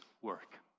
work